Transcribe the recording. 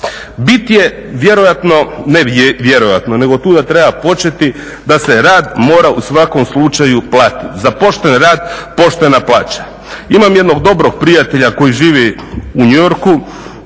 Bit je vjerojatno, ne vjerojatno nego od tuga treba početi da se rad mora u svakom slučaju platiti, za pošten rad poštena plaća. Imam jednog dobrog prijatelja koji živi u New Yorku